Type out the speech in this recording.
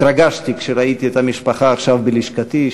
התרגשתי כשראיתי את המשפחה עכשיו בלשכתי,